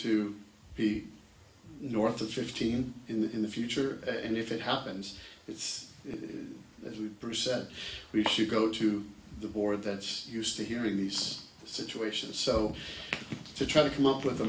to be north of fifteen in the future and if it happens it's a few percent we should go to the war that used to hearing these situations so to try to come up with a